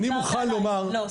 לא.